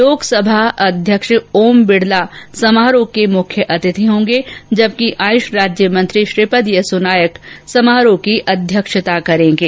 लोकसभा अध्यक्ष ओम विड़ता समारोह के मुख्य अतिथि होंगे जबकि आयुष राज्य मंत्री श्रीपद येसो नाइक कार्यक्रम की अध्यक्षता करेंगे